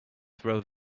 throw